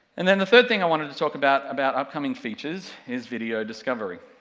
and then the third thing i wanted to talk about, about upcoming features, is video discovery.